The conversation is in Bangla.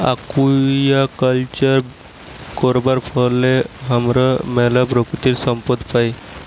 আকুয়াকালচার করবার ফলে হামরা ম্যালা প্রাকৃতিক সম্পদ পাই